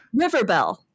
Riverbell